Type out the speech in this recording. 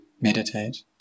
meditate